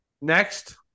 Next